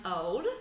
old